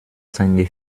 seine